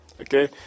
Okay